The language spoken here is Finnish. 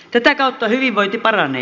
tätä kautta hyvinvointi paranee